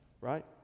right